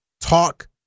talk